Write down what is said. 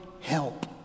help